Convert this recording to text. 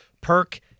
Perk